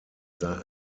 sei